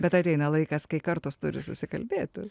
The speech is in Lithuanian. bet ateina laikas kai kartos turi susikalbėti